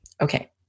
Okay